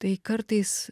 tai kartais